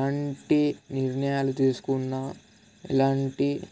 ఎలాంటి నిర్ణయాలు తీసుకున్నా ఎలాంటి